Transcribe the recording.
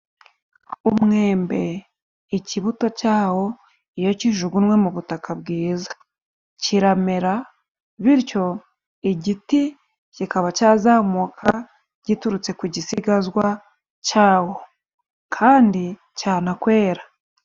Umwembe ikibuto cyawo iyo kijugunywe mu butaka bwiza, kiramera bityo igiti kikaba cyazamuka giturutse ku gisigazwa cyawo, kandi cyanakwera.